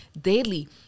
daily